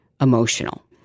emotional